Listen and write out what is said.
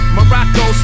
Morocco